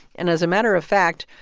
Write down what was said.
and as a matter of fact,